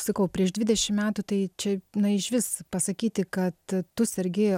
sakau prieš dvidešim metų tai čia na išvis pasakyti kad tu sergi